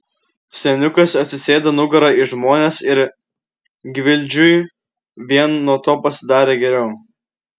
seniukas atsisėdo nugara į žmones ir gvildžiui vien nuo to pasidarė geriau